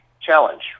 Challenge